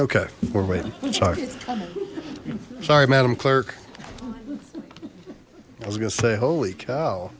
sorry sorry madam clerk i was gonna say holy cow